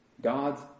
God's